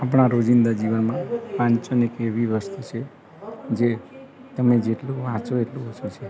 આપણાં રોજિંદા જીવનમાં વાંચન એક એવી વસ્તુ છે જે તમે જેટલું વાંચો એટલું ઓછું છે